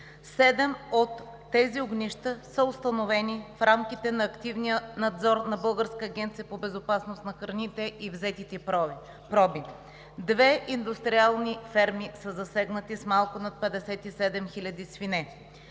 Седем от тези огнища са установени в рамките на активния надзор на Българската агенция по безопасност на храните и взетите проби. Две индустриални ферми са засегнати с малко над 57 000 свине: